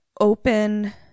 open